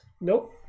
Nope